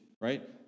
right